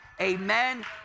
Amen